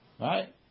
right